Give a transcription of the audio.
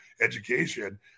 education